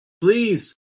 please